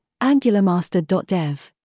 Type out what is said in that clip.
angularmaster.dev